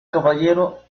caballero